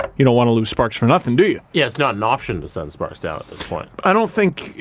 you don't want to lose sparks for nothing do you? yeah, it's not an option to send sparks down at this point. i don't think,